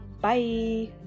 Bye